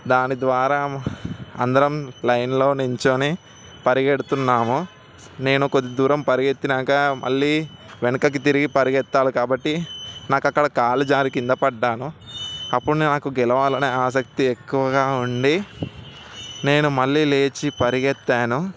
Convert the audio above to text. దాని ద్వారా అందరం లైన్లో నిలుచొని పరిగెడుతున్నాము నేను కొద్ది దూరం పరిగెత్టాక మళ్ళీ వెనకకి తిరిగి పరిగెత్తాలి కాబట్టి నాకు అక్కడ కాలుజారి కింద పడ్డాను అప్పుడు నాకు గెలవాలనే ఆసక్తి ఎక్కువగా ఉండి నేను మళ్ళీ లేచి పరిగెత్తాను